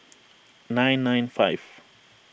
nine nine five